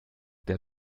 der